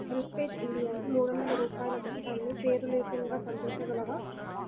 HelpAge ఇండియాకి మూడు వందల రూపాయల మొత్తాన్ని పేరు లేకుండా పంపించగలవా